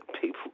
people